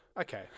Okay